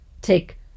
take